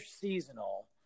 seasonal